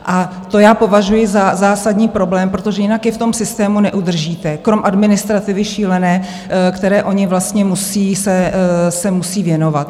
A to považuji za zásadní problém, protože jinak je v tom systému neudržíte, kromě administrativy šílené, které oni musí se věnovat.